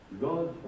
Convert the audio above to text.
God